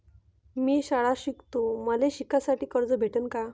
मी शाळा शिकतो, मले शिकासाठी कर्ज भेटन का?